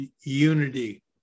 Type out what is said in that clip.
unity